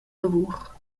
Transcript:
lavur